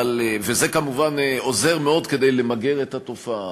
וזה עוזר מאוד למגר את התופעה.